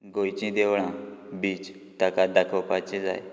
गोंयचीं देवळां बीच ताका दाखोवपाचें जाय